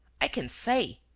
i can't say,